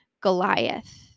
Goliath